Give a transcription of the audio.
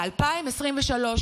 ב-2023,